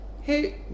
hey